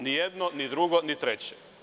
Ni jedno, ni drugo, ni treće.